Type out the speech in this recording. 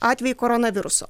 atvejį koronaviruso